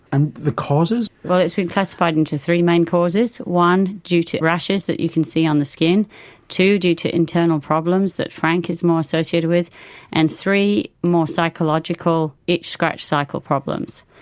and the causes? but it's been classified into three main causes one, due to rashes that you can see on the skin two, due to internal problems that frank is more associated with and three, more psychological itch-scratch cycle problems,